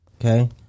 Okay